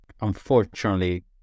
unfortunately